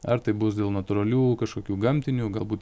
ar tai bus dėl natūralių kažkokių gamtinių galbūt